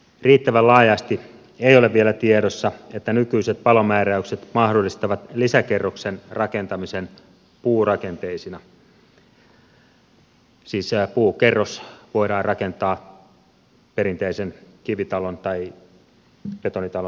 riittävän laajasti ei ole vielä tiedossa että nykyiset palomääräykset mahdollistavat lisäkerroksen rakentamisen puurakenteisena siis puukerros voidaan rakentaa perinteisen kivitalon tai betonitalon päälle